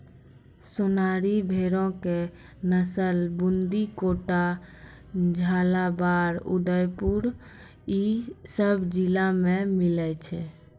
सोनारी भेड़ो के नस्ल बूंदी, कोटा, झालाबाड़, उदयपुर इ सभ जिला मे मिलै छै